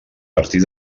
partir